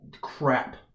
Crap